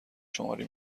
شماری